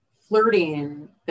flirting